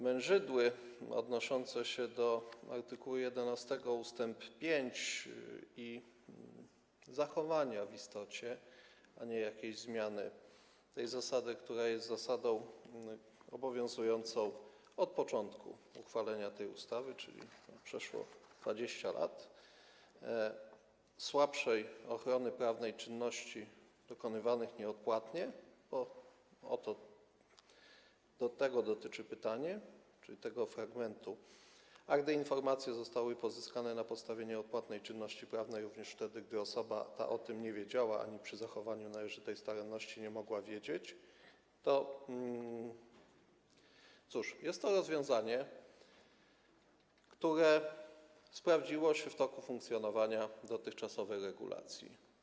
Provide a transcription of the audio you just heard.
Mężydły odnoszące się do art. 11 ust. 5 i w istocie zachowania, a nie jakiejś zmiany tej zasady - która jest zasadą obowiązującą od początku uchwalenia tej ustawy, czyli od przeszło 20 lat - dotyczącej słabszej ochrony prawnej czynności dokonywanych nieodpłatnie, bo tego dotyczy pytanie, czyli tego fragmentu: „a gdy informacje zostały pozyskane na podstawie nieodpłatnej czynności prawnej - również wtedy, gdy osoba ta o tym nie wiedziała ani przy zachowaniu należytej staranności nie mogła wiedzieć”, to cóż, jest to rozwiązanie, które sprawdziło się w toku funkcjonowania dotychczasowej regulacji.